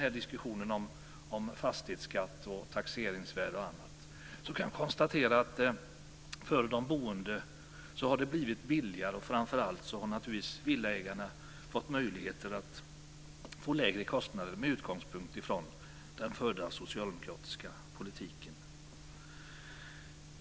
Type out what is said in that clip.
Trots diskussionen om fastighetsskatt, taxeringsvärde och annat kan jag konstatera att det har blivit billigare för de boende. Framför allt har villaägarna fått lägre kostnader med utgångspunkt i den förda socialdemokratiska politiken.